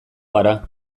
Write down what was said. gara